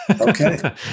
okay